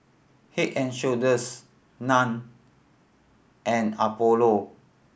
Head and Shoulders Nan and Apollo